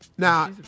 Now